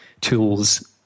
tools